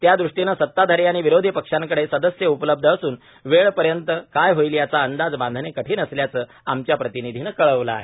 त्यादृष्टीनं सताधारी आणि विरोधी पक्षाकडे सदस्य उपलब्ध असून वेळ पर्यंत काय होईल याचा अंदाज बांधणे कठीण असल्याचं आमच्या प्रतिनिधीनं कळवलं आहे